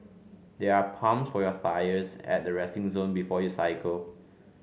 there are pumps for your tyres at the resting zone before you cycle